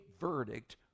verdict